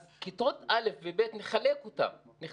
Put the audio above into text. אז כיתות א' וב' נחלק אותם -- נכון.